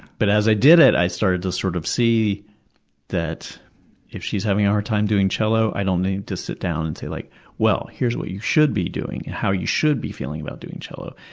but as i did it, i started to sort of see that if she's having a hard time doing cello, i don't need to sit down and say, like well, here's what you should be doing, how you should be feeling about doing cello,